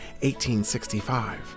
1865